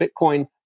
Bitcoin